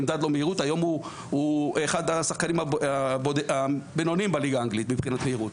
היום הוא אחד השחקנים הבינוניים בליגה האנגלית מבחינת מהירות.